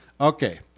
Okay